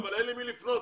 אבל אין למי לפנות.